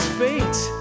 fate